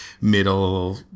middle